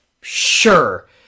Sure